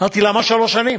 אמרתי: למה שלוש שנים?